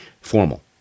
formal